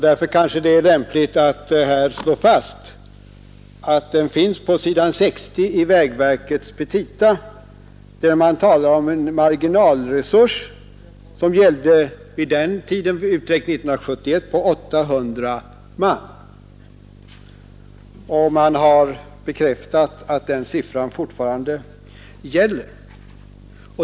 Därför kanske det är lämpligt att här slå fast att den finns på s. 60 i vägverkets petita, där den marginalresurs på 800 man anges som gällde vid den tiden, nämligen år 1971. Det har bekräftats att den siffran fortfarande gäller.